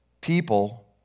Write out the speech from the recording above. People